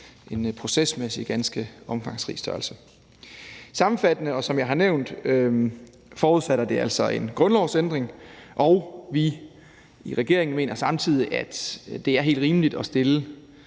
procesmæssigt en ganske omfangsrig størrelse. Sammenfattende forudsætter det, som jeg har nævnt, altså en grundlovsændring. Og i regeringen mener vi samtidig, at det er helt rimeligt at stille